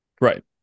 Right